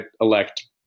elect